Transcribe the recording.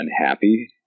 unhappy